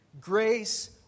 Grace